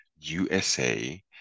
USA